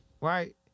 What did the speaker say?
right